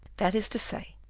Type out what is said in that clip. that is to say,